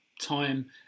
time